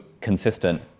consistent